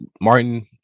martin